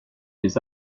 les